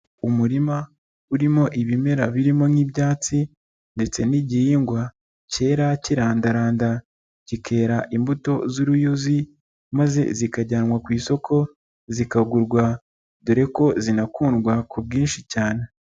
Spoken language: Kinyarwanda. Umurima urimo ibimera birimo nk'ibyatsi ndetse n'igihingwa cyera kirandaranda kikera imbuto z'uruyuzi maze zikajyanwa ku isoko zikagurwa, dore ko zinakundwa ku bwinshi cyane.